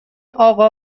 آقا